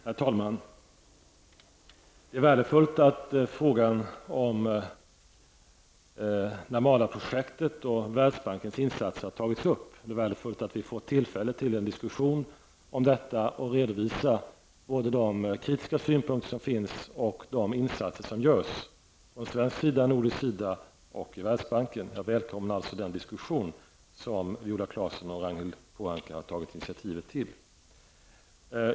Herr talman! Det är värdefullt att frågan om Narmada-projektet och Värlsbankens insatser har tagits upp. Det är värdefullt att vi får tillfälle till en diskussion om detta och redovisa både de kritiska synpunkter som finns och de insatser som görs från svensk sida, nordisk sida och i Världsbanken. Jag välkomnar den diskussion som Viola Claesson och Ragnhild Pohanka har tagit initiativ till.